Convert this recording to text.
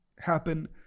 happen